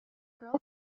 girl